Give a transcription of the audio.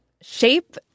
Shape